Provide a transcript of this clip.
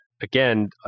again